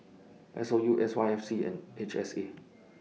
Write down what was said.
S O U S Y F C and H S A